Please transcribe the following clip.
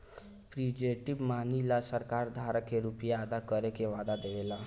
representative money ला सरकार धारक के रुपिया अदा करे के वादा देवे ला